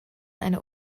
eine